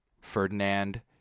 Ferdinand